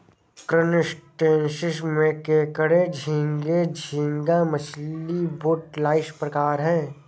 crustaceans में केकड़े झींगे, झींगा मछली, वुडलाइस प्रकार है